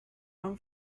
han